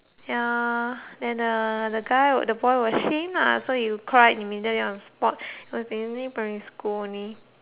ya then uh the guy the boy was ashamed lah so he cried immediately on the spot it was only primary school only